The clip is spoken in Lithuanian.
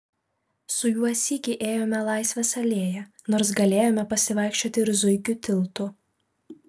su juo sykį ėjome laisvės alėja nors galėjome pasivaikščioti ir zuikių tiltu